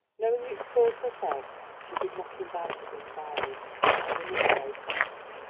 knowing its cause herself, she did not invite his inquiries and another day passed.